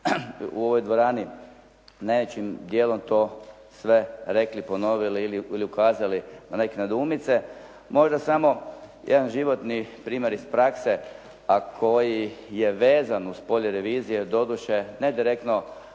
u ovoj dvorani najvećim djelom to sve rekli, ponovili ili ukazali na neke nedoumice. Možda samo jedan životni primjer iz prakse a koji je vezan uz polje revizije doduše ne direktno